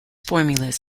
formulas